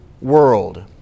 world